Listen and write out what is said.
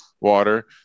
water